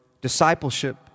discipleship